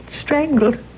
strangled